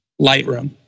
Lightroom